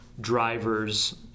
drivers